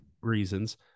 reasons